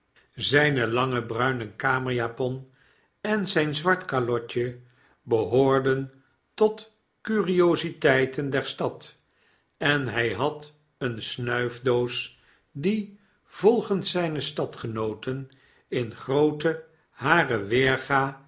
zjne lange bruine kamerjapon en zfln zwart kalotje behoorden tot curiositeiten der stad en hj had een snuifdoos die volgens zpe stadgenooten in grootte hare weerga